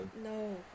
No